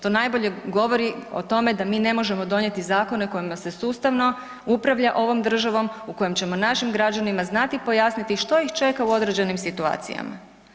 To najbolje govori o tome da mi ne možemo donijeti zakone kojima se sustavno upravlja ovom državom u kojem ćemo našim građanima znati pojasniti što ih čeka u određenim situacijama.